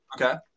Okay